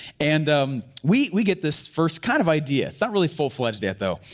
and um we we get this first kind of idea, it's not really full fledged yet, though.